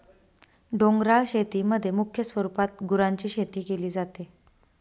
डोंगराळ शेतीमध्ये मुख्य स्वरूपात गुरांची शेती केली जाते